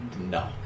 No